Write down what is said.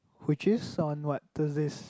which is on what Thursdays